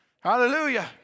Hallelujah